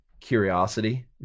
curiosity